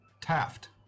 Taft